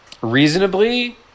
reasonably